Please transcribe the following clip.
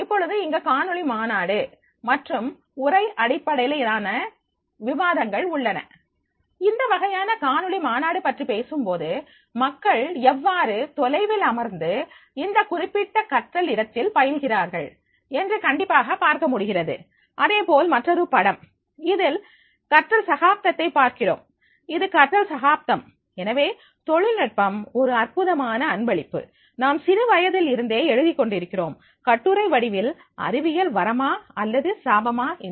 இப்பொழுது இங்கு காணொளி மாநாடு மற்றும் உரை அடிப்படையிலான விவாதங்கள் உள்ளன இந்த வகையான காணொளி மாநாடு பற்றி பேசும்போது மக்கள் எவ்வாறு தொலைவில் அமர்ந்து இந்த குறிப்பிட்ட கற்றல் இடத்தில் பயில்கிறார்கள் என்று கண்டிப்பாக பார்க்க முடிகிறது அதேபோல் மற்றொரு படம் இதில் கற்றல் சகாப்தத்தை பார்க்கிறோம் இது கற்றல் சகாப்தம் எனவே தொழில்நுட்பம் ஒரு அற்புதமான அன்பளிப்பு நாம் சிறு வயதில் இருந்தே எழுதிக் கொண்டிருக்கிறோம் கட்டுரை வடிவில் அறிவியல் வரமா அல்லது சாபமா என்று